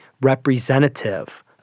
representative